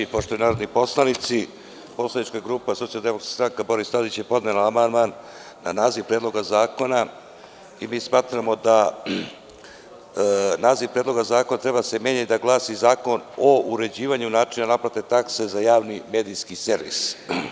Poštovani narodni poslanici, poslanička grupa SDS Boris Tadić je podnela amandman na naziv Predloga zakona i mi smatramo da naziv Predloga zakona treba da se menja i da glasi – zakon o uređivanju načina naplate takse za javni medijski servis.